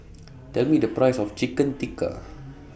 Tell Me The Price of Chicken Tikka